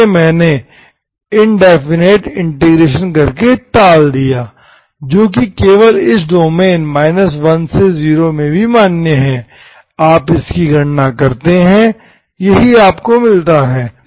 जिसे मैंने indefinite integration करके टाल दिया जो कि केवल इस डोमेन 1 से 0 में भी मान्य है आप इसकी गणना करते हैं यही आपको मिलता है